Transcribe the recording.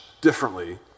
differently